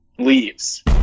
Leaves